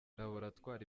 laboratwari